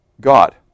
God